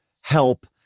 help